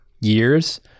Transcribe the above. years